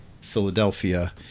Philadelphia